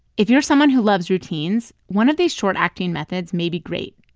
if you're someone who loves routines, one of these short-acting methods may be great,